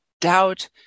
doubt